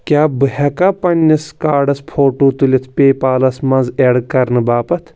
کیٛاہ بہٕ ہٮ۪کا پنٛنِس کارڈس فوٹوٗ تُلِتھ پے پالس منٛز اٮ۪ڈ کرنہٕ باپتھ